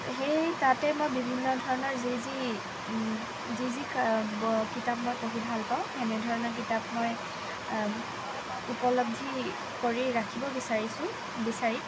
সেই তাতে মই বিভিন্ন ধৰণৰ যি যি যি যি কিতাপ মই পঢ়ি ভাল পাওঁ তেনে ধৰণৰ কিতাপ মই উপলব্ধি কৰি ৰাখিব বিচাৰিছোঁ বিচাৰিম